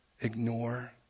ignore